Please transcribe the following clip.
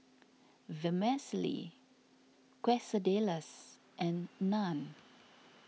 Vermicelli Quesadillas and Naan